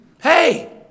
Hey